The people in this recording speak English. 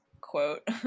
quote